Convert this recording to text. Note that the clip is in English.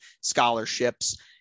scholarships